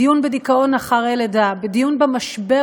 דיון בדיכאון אחרי לידה ודיון במשבר